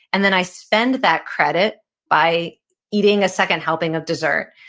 and then i spend that credit by eating a second helping of dessert.